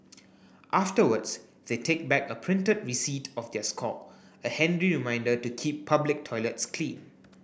afterwards they take back a printed receipt of their score a handy reminder to keep public toilets clean